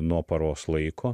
nuo paros laiko